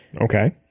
Okay